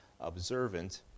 observant